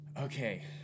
okay